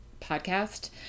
podcast